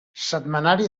setmanari